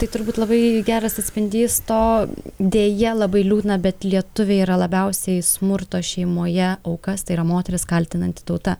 tai turbūt labai geras atspindys to deja labai liūdna bet lietuviai yra labiausiai smurto šeimoje aukas tai yra moteris kaltinanti tauta